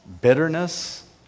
bitterness